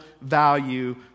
value